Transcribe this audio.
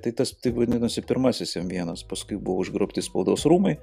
tai tas tai vadinosi pirmasisem vienas paskui buvo užgrobti spaudos rūmai